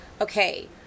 Okay